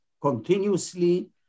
continuously